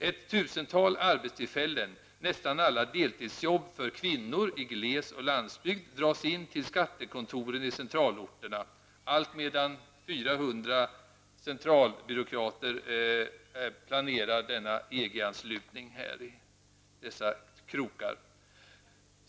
Ett tusentals arbetstillfällen, nästan alla deltidsjobb för kvinnor i gles och landsbygd, dras in till skattekontoren i centralorterna, alltmedan 400 centralbyråkrater planerar denna EG-anslutning här i krokarna.